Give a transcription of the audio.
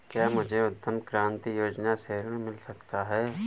क्या मुझे उद्यम क्रांति योजना से ऋण मिल सकता है?